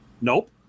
Nope